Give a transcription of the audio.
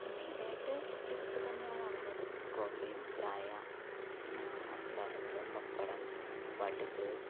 മെയിനായിട്ട് ഇതൊക്കെ തന്നെയാണ് ഉള്ളത് കോഫി ചായ അച്ചാറുകള് പപ്പടം വടുക്